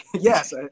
yes